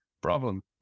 problem